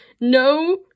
No